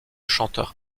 chanteur